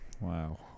wow